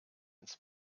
ins